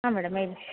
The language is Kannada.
ಹಾಂ ಮೇಡಮ್ ಹೇಳಿ